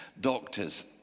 doctors